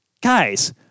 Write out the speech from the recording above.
Guys